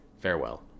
farewell